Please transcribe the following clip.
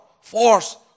force